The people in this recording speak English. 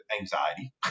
anxiety